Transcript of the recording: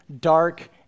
dark